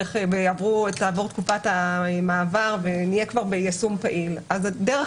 תעבור תקופת המעבר ונהיה כבר ביישום פעיל דרך